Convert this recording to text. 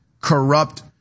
corrupt